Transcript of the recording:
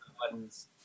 buttons